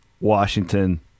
Washington